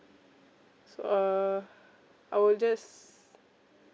so uh I will just